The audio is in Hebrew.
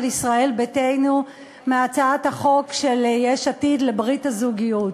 ישראל ביתנו מהצעת החוק של יש עתיד לברית הזוגיות.